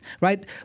right